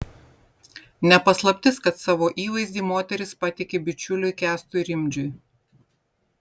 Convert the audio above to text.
ne paslaptis kad savo įvaizdį moteris patiki bičiuliui kęstui rimdžiui